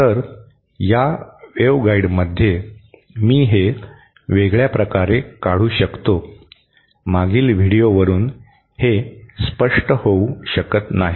तर या वेव्हगाईडमध्ये मी हे वेगळ्या प्रकारे काढू शकतो मागील व्हिडिओवरून हे स्पष्ट होऊ शकत नाही